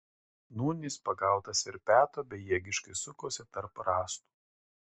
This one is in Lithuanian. nūn jis pagautas verpeto bejėgiškai sukosi tarp rąstų